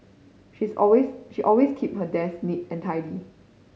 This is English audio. she's always she always keep her desk neat and tidy